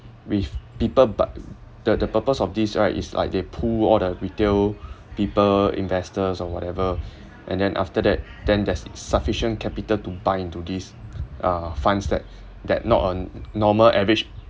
with people but the the purpose of this right is like they pool all the retail people investors or whatever and then after that then there's sufficient capital to buy into this uh funds that that not on normal average